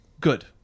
good